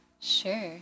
Sure